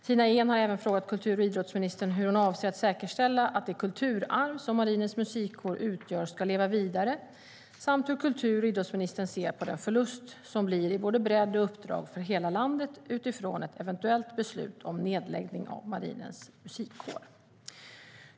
Tina Ehn har även frågat kultur och idrottsministern hur hon avser att säkerställa att det kulturarv som Marinens Musikkår utgör ska leva vidare samt hur kultur och idrottsministern ser på den förlust som blir i både bredd och uppdrag för hela landet utifrån ett eventuellt beslut om nedläggning av Marinens Musikkår.